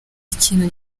ikintu